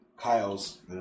Kyle's